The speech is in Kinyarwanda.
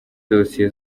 dosiye